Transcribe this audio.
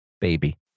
Baby